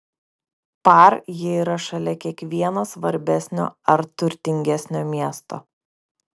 par jie yra šalia kiekvieno svarbesnio ar turtingesnio miesto